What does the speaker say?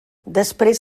després